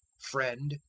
friend,